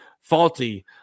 faulty